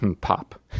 pop